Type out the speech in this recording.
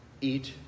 Eat